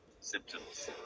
symptoms